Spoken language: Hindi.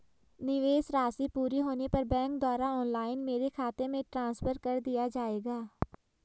निवेश राशि पूरी होने पर बैंक द्वारा ऑनलाइन मेरे खाते में ट्रांसफर कर दिया जाएगा?